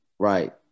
Right